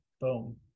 Boom